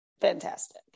fantastic